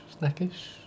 Snackish